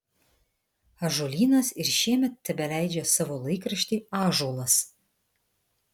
ąžuolynas ir šiemet tebeleidžia savo laikraštį ąžuolas